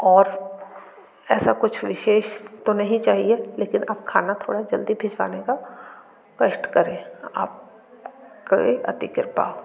और ऐसा कुछ विशेष तो नहीं चाहिए लेकिन आप खाना थोड़ा जल्दी भिजवाने का कष्ट करें आप की ये अति कृपा